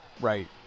right